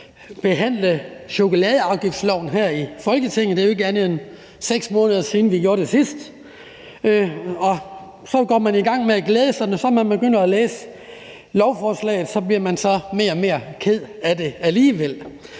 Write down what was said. behandle et chokoladeafgiftslovforslag her i Folketinget. Det er jo ikke andet end 6 måneder siden, vi gjorde det sidst, og så går man i gang med at glæde sig, og når man så begynder at læse lovforslaget, bliver man så alligevel mere og mere ked af det, og det